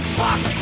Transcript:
fuck